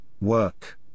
work